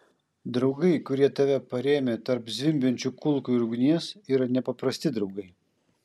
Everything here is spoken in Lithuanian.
draugai kurie tave parėmė tarp zvimbiančių kulkų ir ugnies yra nepaprasti draugai